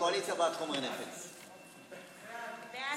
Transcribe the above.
ההצעה להעביר את הצעת חוק חומרי נפץ (תיקון מס'